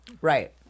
Right